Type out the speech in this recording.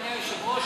אדוני היושב-ראש,